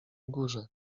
górze